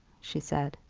she said.